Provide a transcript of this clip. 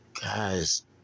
guys